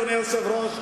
אדוני היושב-ראש,